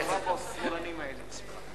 השמאלנים האלה.